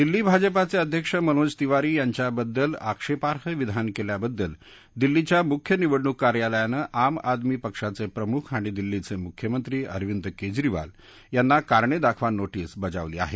दिल्ली भाजपाचे अध्यक्ष मनोज तिवारी यांच्याबद्दल आक्षेपार्ड विधान केल्याबद्दल दिल्लीच्या मुख्य निवडणूक कार्यलयानं आम आदमी पक्षाचे प्रमुख आणि दिल्लीचे मुख्यमंत्री अरविंद केजरीवाल यांना कारणे दाखवा नोटीस बजावली आहे